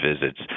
visits